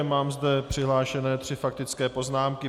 Mám zde přihlášené tři faktické poznámky.